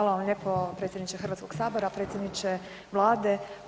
Hvala vam lijepo predsjedniče Hrvatskog sabora, predsjedniče Vlade.